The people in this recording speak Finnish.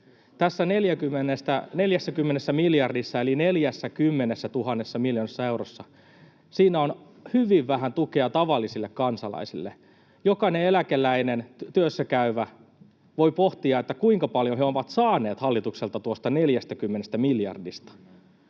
Tässä 40 miljardissa eli 40 000 miljoonassa eurossa on hyvin vähän tukea tavallisille kansalaisille. Jokainen eläkeläinen ja työssäkäyvä voi pohtia, kuinka paljon he ovat saaneet hallitukselta tuosta 40 miljardista.